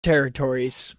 territories